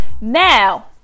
Now